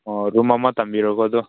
ꯑꯣ ꯔꯨꯝ ꯑꯃ ꯊꯝꯕꯤꯔꯣꯀꯣ ꯑꯗꯨ